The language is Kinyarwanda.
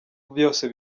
byose